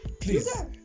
Please